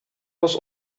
was